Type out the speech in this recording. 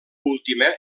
última